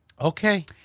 Okay